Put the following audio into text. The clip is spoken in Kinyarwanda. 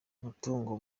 umutungo